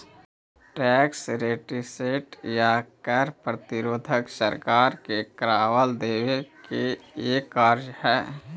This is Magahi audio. टैक्स रेसिस्टेंस या कर प्रतिरोध सरकार के करवा देवे के एक कार्य हई